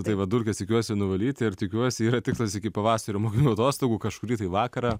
tai va dulkes tikiuosi nuvalyti ir tikiuosi yra tikslas iki pavasario mokinių atostogų kažkurį tai vakarą